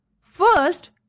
First